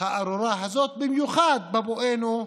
הארורה הזאת, במיוחד בבואנו לחורף,